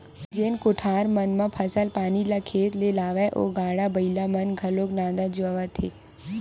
जेन कोठार मन म फसल पानी ल खेत ले लावय ओ गाड़ा बइला मन घलोक नंदात जावत हे